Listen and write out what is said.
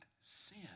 sin